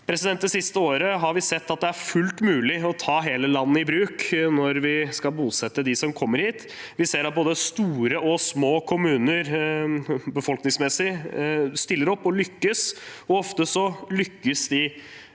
Det siste året har vi sett at det er fullt mulig å ta hele landet i bruk når vi skal bosette dem som kommer hit. Vi ser at både store og små kommuner befolkningsmessig sett stiller opp og lykkes, og ofte lykkes de